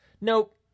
Nope